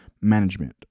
management